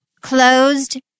closed